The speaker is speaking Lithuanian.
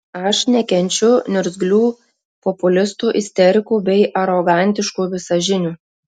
aš nekenčiu niurzglių populistų isterikų bei arogantiškų visažinių